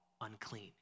unclean